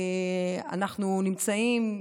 אנחנו נמצאים,